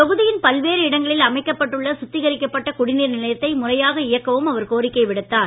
தொகுதியின் பல்வேறு இடங்களில் அமைக்கப்பட்டு உள்ள சுத்திரிக்கப்பட்ட குடிநீர் நிலையத்தை முறையாக இயக்கவும் அவர் கோரிக்கை விடுத்தார்